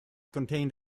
contained